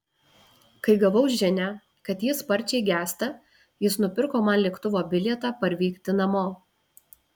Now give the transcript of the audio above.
kai gavau žinią kad ji sparčiai gęsta jis nupirko man lėktuvo bilietą parvykti namo